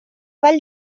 vall